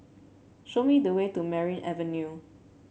show me the way to Merryn Avenue